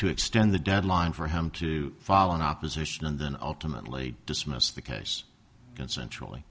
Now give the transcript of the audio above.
to extend the deadline for him to fall in opposition and then ultimately dismissed the case consensual